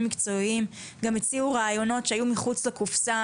מקצועיים גם הציעו רעיונות שהיו מחוץ לקופסא,